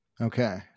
okay